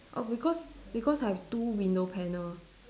oh because because I have two window panel